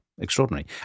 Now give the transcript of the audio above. Extraordinary